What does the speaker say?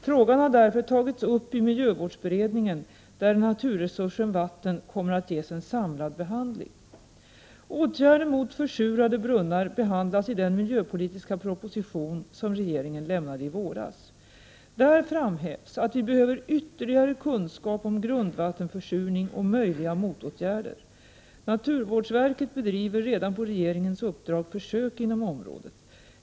Frågan har därför tagits upp i miljövårdsbe 20 oktober 1988 redningen, där naturresursen vatten kommer att ges en samlad behandling. Åtgärder mot försurade brunnar behandlas i den miljöpolitiska proposition som regeringen lämnade i våras. Där framhävs att vi behöver ytterligare kunskap om grundvattenförsurning och möjliga motåtgärder. Naturvårdsverket bedriver redan på regeringens uppdrag försök inom området.